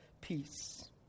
peace